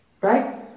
Right